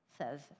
says